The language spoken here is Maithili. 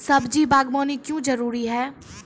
सब्जी बागवानी क्यो जरूरी?